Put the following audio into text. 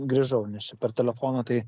grįžau nes čia per telefoną tai